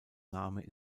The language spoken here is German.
name